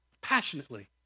passionately